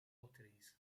lotteries